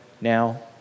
now